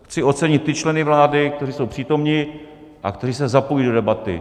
Chci ocenit ty členy vlády, kteří jsou přítomni a kteří se zapojili do debaty.